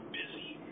busy